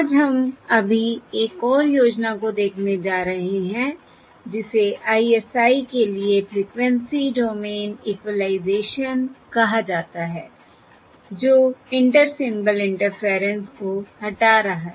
आज हम अभी एक और योजना को देखने जा रहे हैं जिसे ISI के लिए फ़्रीक्वेंसी डोमेन इक्विलाइज़ेशन कहा जाता है जो इंटर सिंबल इंटरफेरेंस को हटा रहा है